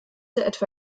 etwa